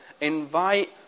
invite